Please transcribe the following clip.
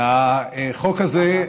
אין